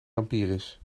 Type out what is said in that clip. lampiris